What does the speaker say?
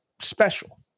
special